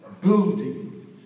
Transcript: building